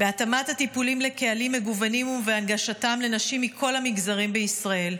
בהתאמת הטיפולים לקהלים מגוונים ובהנגשתם לנשים מכל המגזרים בישראל,